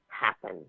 happen